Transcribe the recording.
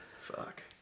Fuck